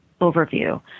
overview